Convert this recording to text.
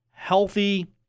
Healthy